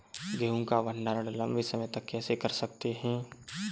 गेहूँ का भण्डारण लंबे समय तक कैसे कर सकते हैं?